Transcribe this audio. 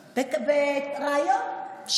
באמת,